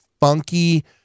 funky